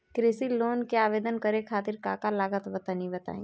कृषि लोन के आवेदन करे खातिर का का लागत बा तनि बताई?